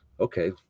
Okay